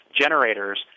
generators